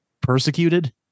persecuted